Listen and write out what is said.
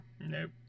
Nope